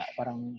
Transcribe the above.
parang